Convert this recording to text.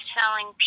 selling